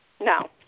No